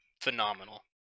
phenomenal